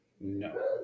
No